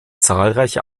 zahlreiche